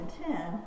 ten